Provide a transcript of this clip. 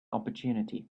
opportunity